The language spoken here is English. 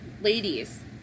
ladies